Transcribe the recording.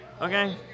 okay